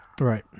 Right